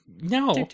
No